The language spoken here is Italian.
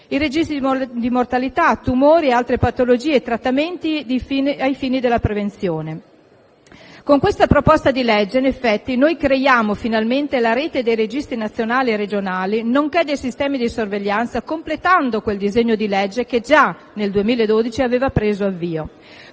i registri di mortalità, tumori e altre patologie, e trattamenti ai fini della prevenzione. Con il disegno di legge in esame in effetti noi creiamo finalmente la Rete dei registri nazionali e regionali, nonché dei sistemi di sorveglianza completando quel disegno di legge che già nel 2012 aveva preso avvio.